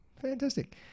Fantastic